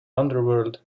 underworld